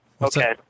Okay